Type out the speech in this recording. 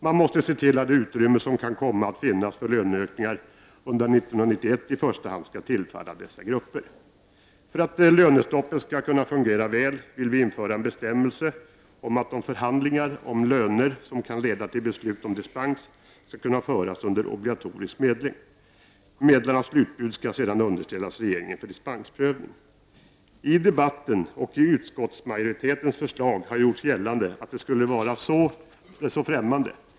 Man måste se till att det utrymme som kan komma att finnas för löneökningar under 1991 i första hand skall tillfalla dessa grupper. För att lönestoppet skall kunna fungera väl vill vi införa en bestämmelse om att de förhandlingar om löner som kan leda till beslut om dispens skall kunna föras under obligatorisk medling. Medlarnas slutbud skall sedan underställas regeringen för dispensprövning. I debatten och i utskottsmajoritetens förslag har gjorts gällande att detta skulle vara ett främmande inslag.